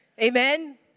Amen